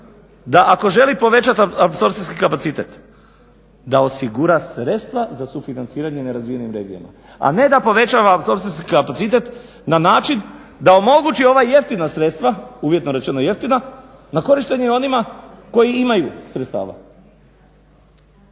da ako želi povećat apsorpcijski kapacitet da osigura sredstva za sufinanciranje nerazvijenim regijama, a ne da povećava apsorpcijski kapacitet na način da omogući ova jeftina sredstva, uvjetno rečeno jeftina, na korištenje onima koji imaju sredstava.